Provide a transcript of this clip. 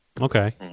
Okay